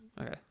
Okay